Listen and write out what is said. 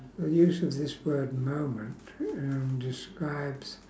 the use of this word moment um describes